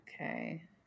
Okay